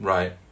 Right